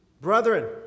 Brethren